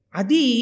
adi